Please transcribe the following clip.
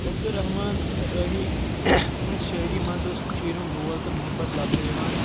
عبدُالرحمٰن رٲہی ہٕنٛز شٲعری منٛز اوس کٔشیٖر ہُنٛد لول تہٕ مُحَبَت لَبنہٕ یِوان